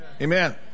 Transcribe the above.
Amen